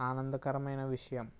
ఆనందకరమైన విషయం